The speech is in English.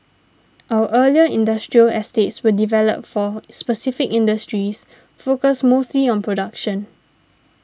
our earlier industrial estates were developed for specific industries focused mostly on production